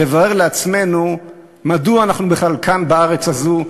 לברר לעצמנו מדוע אנחנו בכלל כאן בארץ הזאת,